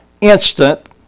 instant